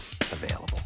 available